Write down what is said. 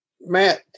Matt